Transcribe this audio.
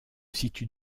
situe